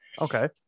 Okay